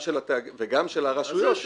וגם של הרשויות.